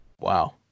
wow